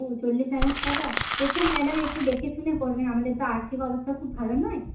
ও চল্লিশ হাজার টাকা দেখুন ম্যাডাম একটু দেখেশুনে করবেন আমাদের তো আর্থিক অবস্থা খুব ভালো নয়